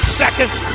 seconds